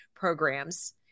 programs